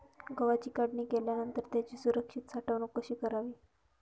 गव्हाची काढणी केल्यानंतर त्याची सुरक्षित साठवणूक कशी करावी?